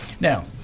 Now